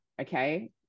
okay